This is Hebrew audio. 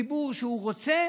מהציבור שרוצים